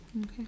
okay